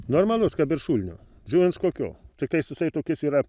normalus kad ir šulinio žiūrinc kokiu tik tais jisai tokis yra